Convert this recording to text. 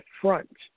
front